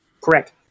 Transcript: Correct